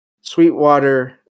Sweetwater